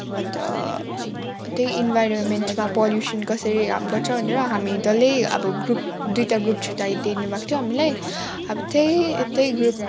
अन्त त्यही इन्भाइरोमेन्टमा पल्युसन् कसरी काम गर्छ भनेर हामी डल्लै अब ग्रुप दुईवटा ग्रुप छुट्टाइदिनु भएको थियो हामीलाई अब त्यही त्यही ग्रुप